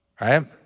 right